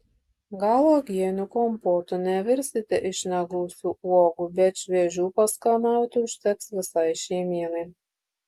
gal uogienių kompotų nevirsite iš negausių uogų bet šviežių paskanauti užteks visai šeimynai